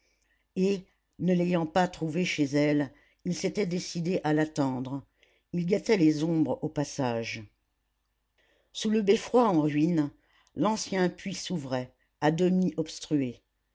et ne l'ayant pas trouvée chez elle il s'était décidé à l'attendre il guettait les ombres au passage sous le beffroi en ruine l'ancien puits s'ouvrait à demi obstrué